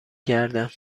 گردم